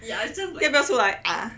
要不要出来 ah